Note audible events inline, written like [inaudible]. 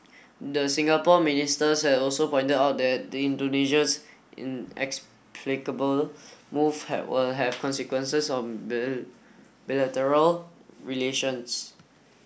the Singapore ministers had also pointed out that the Indonesia's inexplicable move had will have consequences of [unintelligible] bilateral relations